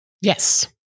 Yes